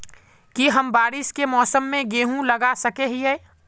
की हम बारिश के मौसम में गेंहू लगा सके हिए?